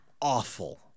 awful